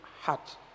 heart